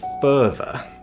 further